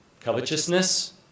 covetousness